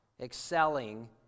excelling